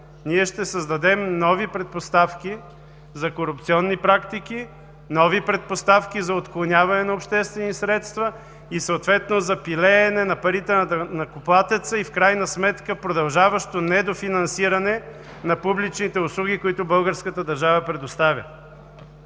ние ще създадем нови предпоставки за корупционни практики, нови предпоставки за отклоняване на обществени средства и съответно за пилеене на парите на данъкоплатеца и в крайна сметка продължаващо недофинансиране на публичните услуги, които българската държава предоставя.